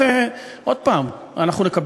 אני חושב